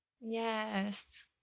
yes